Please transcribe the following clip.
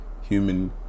human